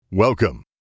Welcome